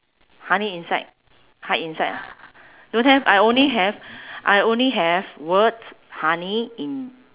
honey inside hide inside ah don't have I only have I only have words honey in